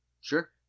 Sure